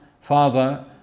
father